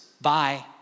Bye